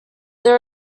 there